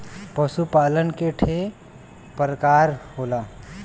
पशु पालन के ठे परकार होला